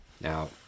Now